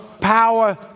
power